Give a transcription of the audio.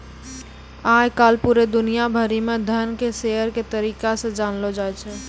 आय काल पूरे दुनिया भरि म धन के शेयर के तरीका से जानलौ जाय छै